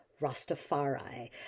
Rastafari